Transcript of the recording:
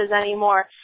anymore